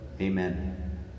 Amen